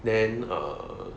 then err